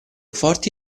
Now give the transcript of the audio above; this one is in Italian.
forti